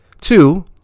Two